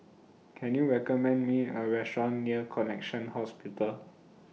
Can YOU recommend Me A Restaurant near Connexion Hospital